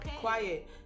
quiet